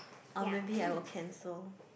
or maybe I will cancel